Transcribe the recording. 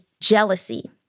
jealousy